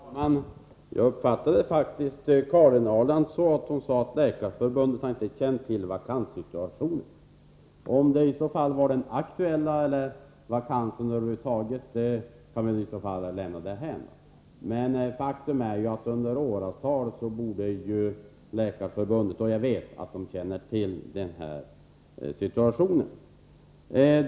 Herr talman! Jag uppfattade faktiskt Karin Ahrland så att hon sade att Läkarförbundet inte känt till vakanssituationen. Vi kan kanske lämna därhän om det gällde den aktuella situationen eller vakanssituationen över huvud taget. Men faktum är att det har varit besvärligt i åratal, och jag vet att Läkarförbundet har känt till den situationen.